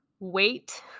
wait